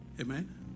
amen